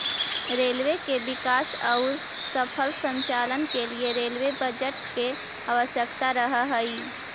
railway के विकास औउर सफल संचालन के लिए रेलवे बजट के आवश्यकता रहऽ हई